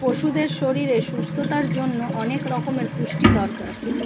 পশুদের শরীরের সুস্থতার জন্যে অনেক রকমের পুষ্টির দরকার